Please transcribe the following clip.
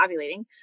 ovulating